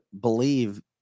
believe